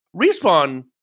Respawn